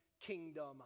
kingdom